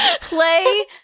play